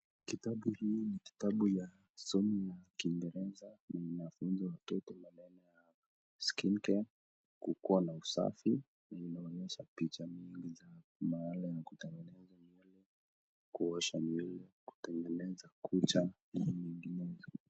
Kitabu hii ni kitabu ya somo ya Kiingereza. Inafunza watoto maneno ya skincare , kuwa na usafi na inaonyehsa picha mingi za mahala ya kutengeneza nywele, kuosha nywele, kutengeneza kucha na nyinginezo.